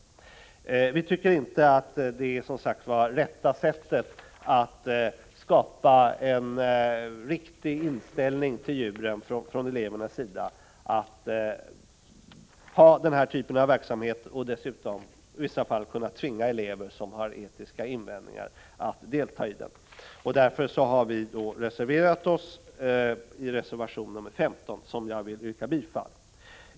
Denna typ av undervisning — i vissa fall förenad med tvång trots etiska invändningar — tycker vi, som sagt, inte är det rätta sättet att hos eleverna skapa en riktig inställning till djuren. Därför har vi reserverat oss i reservation 15, till vilken jag härmed yrkar bifall.